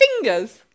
fingers